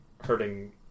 hurting